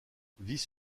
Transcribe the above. vice